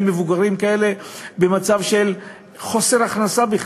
מבוגרים כאלה במצב של חוסר הכנסה בכלל.